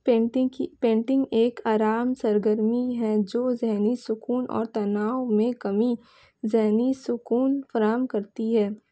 painting کی painting ایک آرام سرگرمی ہے جو ذہنی سکون اور تناؤ میں کمی ذہنی سکون فراہم کرتی ہے